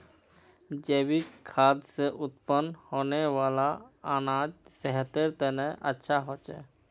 जैविक खाद से उत्पन्न होने वाला अनाज सेहतेर तने अच्छा होछे